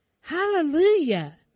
Hallelujah